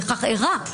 וכך אירע.